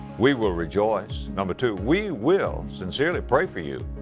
we will rejoice. number two, we will sincerely pray for you.